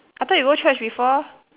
I thought you go church before